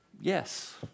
yes